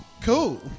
cool